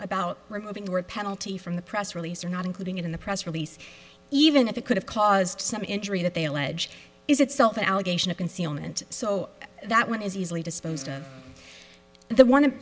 about removing or a penalty from the press release or not including it in the press release even if it could have caused some injury that they allege is itself an allegation of concealment so that one is easily disposed of the one of